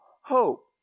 hope